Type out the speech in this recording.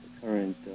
current